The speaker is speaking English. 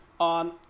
On